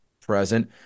present